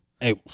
Hey